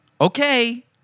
Okay